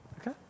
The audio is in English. Okay